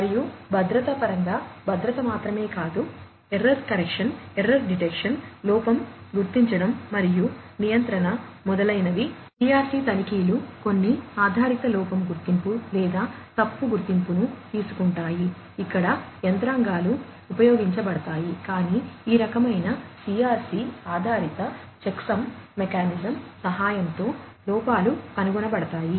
మరియు భద్రత పరంగా భద్రత మాత్రమే కాదు ఎర్రర్ కరెక్షన్ సహాయంతో లోపాలు కనుగొనబడతాయి